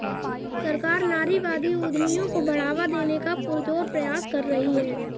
सरकार नारीवादी उद्यमियों को बढ़ावा देने का पुरजोर प्रयास कर रही है